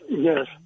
Yes